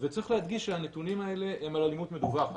וצריך להדגיש שהנתונים האלה הם על אלימות מדווחת,